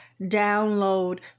download